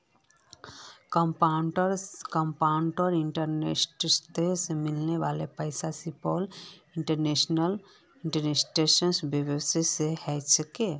compound इंटरेस्टत मिलने वाला पैसा सिंपल इंटरेस्ट स बेसी ह छेक